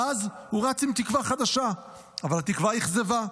ואז הוא רץ עם תקווה חדשה, אבל תקווה אכזבה.